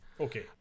okay